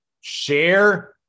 Share